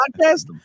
Podcast